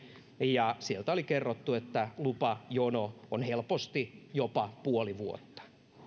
ja sieltä oli kerrottu että lupajono on helposti jopa puoli vuotta